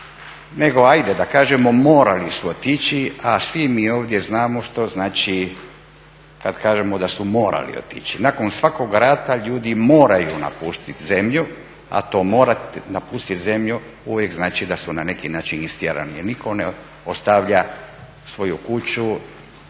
nego ajde da kažemo morali su otići a svi mi ovdje znamo što znači kad kažemo da su morali otići. Nakon svakoga rata ljudi moraju napustiti zemlju, a to mora te napustit zemlju uvijek znači da su na neki način istjerani. Jer niko ne ostavlja svoju kuću,